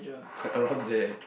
it's like around that